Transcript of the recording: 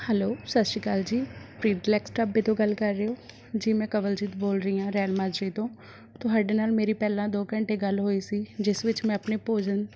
hello Sat Sri Akal ਜੀ Preet deluxe ਢਾਬੇ ਤੋਂ ਗੱਲ ਕਰ ਰਹੇ ਹੋ ਜੀ ਮੈਂ ਕੰਵਲਜੀਤ ਬੋਲ ਰਹੀ ਹਾਂ ਰੈਲ ਮਾਜਰੇ ਤੋਂ ਤੁਹਾਡੇ ਨਾਲ ਮੇਰੀ ਪਹਿਲਾਂ ਦੋ ਘੰਟੇ ਗੱਲ ਹੋਈ ਸੀ ਜਿਸ ਵਿੱਚ ਮੈਂ ਆਪਣੇ ਭੋਜਨ